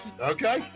Okay